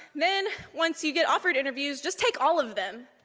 men, once you get offered interviews, just take all of them.